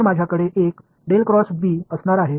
तर माझ्याकडे एक असणार आहे